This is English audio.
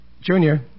Junior